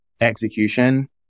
execution